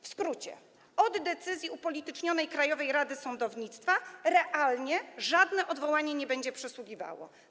W skrócie: od upolitycznionej decyzji Krajowej Rady Sądownictwa realnie żadne odwołanie nie będzie przysługiwało.